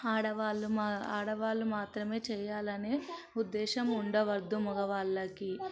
ఆడవాళ్లు మా ఆడవాళ్లు మాత్రమే చేయాలని ఉద్దేశం ఉండవద్దు మగవాళ్ళకి